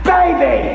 Baby